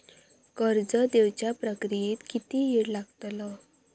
कर्ज देवच्या प्रक्रियेत किती येळ लागतलो?